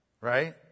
Right